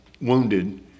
wounded